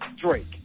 Drake